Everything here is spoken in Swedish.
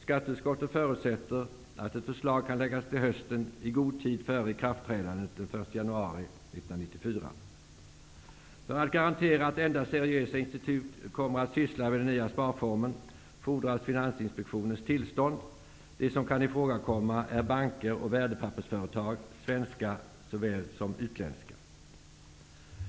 Skatteutskottet förutsätter att ett förslag kan läggas fram till hösten i god tid före ikraftträdandet den 1 För att garantera att endast seriösa institut kommer att syssla med den nya sparformen fordras Finansinspektionens tillstånd. De som kan ifrågakomma är banker och värdepappersföretag, svenska såväl som utländska.